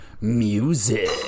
music